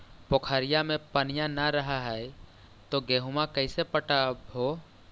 पोखरिया मे पनिया न रह है तो गेहुमा कैसे पटअब हो?